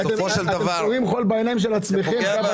אתם זורים חול בעיניים של עצמכם.